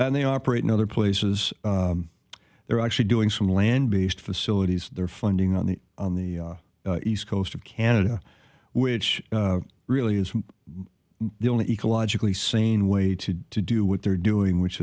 and they operate in other places they're actually doing some land based facilities they're funding on the on the east coast of canada which really is the only ecologically sane way to do what they're doing which